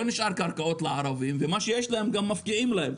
לא נשארו קרקעות לערבים ומה שיש להם גם מפקיעים להם,